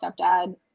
stepdad